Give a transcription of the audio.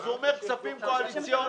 הוא אמר: כספים קואליציוניים.